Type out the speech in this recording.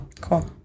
Cool